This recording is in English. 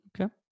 Okay